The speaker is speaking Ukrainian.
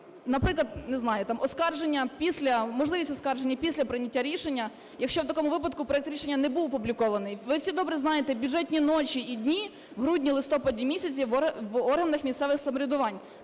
після, можливість оскарження після прийняття рішення, якщо в такому випадку проект рішення не був опублікований. Ви всі добре знаєте бюджетні ночі і дні в грудні-листопаді місяці в органах місцевого самоврядування.